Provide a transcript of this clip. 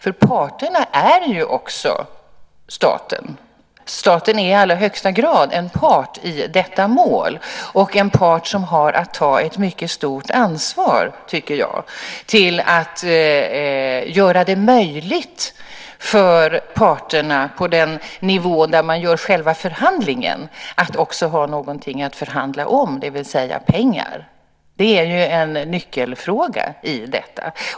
Parterna är ju också staten. Staten är i allra högsta grad en part i detta mål och en part som har att ta ett mycket stort ansvar, tycker jag, för att göra det möjligt för parterna att på den nivå där man bedriver själva förhandlingen också ha någonting att förhandla om, det vill säga pengar. Det är ju en nyckelfråga i detta.